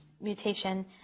mutation